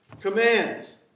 commands